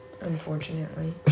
Unfortunately